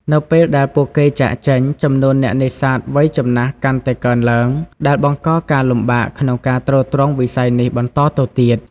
នៅពេលដែលពួកគេចាកចេញ ចំនួនអ្នកនេសាទវ័យចំណាស់កាន់តែកើនឡើង ដែលបង្កការលំបាកក្នុងការទ្រទ្រង់វិស័យនេះបន្តទៅទៀត។